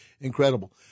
incredible